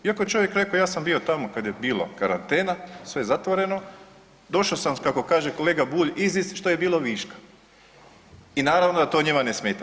Iako je čovjek rekao ja sam bio tamo kad je bilo karantena, sve zatvoreno, došao sam kako kaže Bulj izist što je bilo viška i naravno da to njima ne smeta.